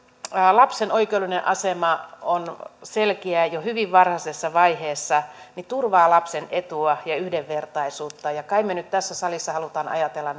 lapsen oikeudellinen asema on selkeä jo hyvin varhaisessa vaiheessa turvaa lapsen etua ja yhdenvertaisuutta ja kai me nyt tässä salissa haluamme ajatella